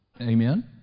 Amen